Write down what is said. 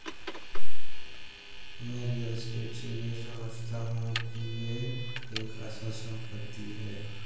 मैं real estate से यह समझता हूं कि यह एक अचल संपत्ति है